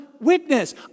witness